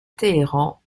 téhéran